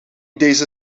deze